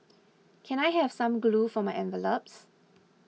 can I have some glue for my envelopes